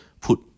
put